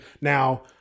Now